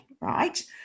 Right